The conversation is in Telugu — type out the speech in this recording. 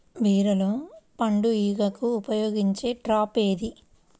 బీరలో పండు ఈగకు ఉపయోగించే ట్రాప్ ఏది?